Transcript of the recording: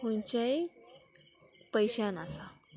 खुंयचेंय पयश्यान आसा